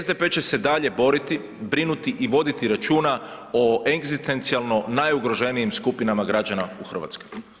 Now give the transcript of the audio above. SDP će se dalje boriti, brinuti i voditi računa o egzistencijalno najugroženijim skupinama građana u Hrvatskoj.